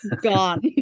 gone